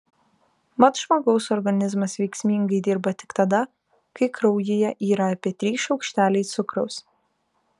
mat žmogaus organizmas veiksmingai dirba tik tada kai kraujyje yra apie trys šaukšteliai cukraus